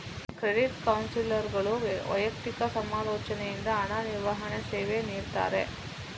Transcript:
credit ಕೌನ್ಸಿಲರ್ಗಳು ವೈಯಕ್ತಿಕ ಸಮಾಲೋಚನೆಯಿಂದ ಹಣ ನಿರ್ವಹಣೆ ಸೇವೆ ನೀಡ್ತಾರೆ